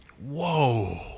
Whoa